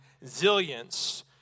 resilience